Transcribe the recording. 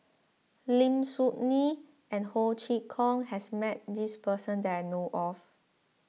Lim Soo Ngee and Ho Chee Kong has met this person that I know of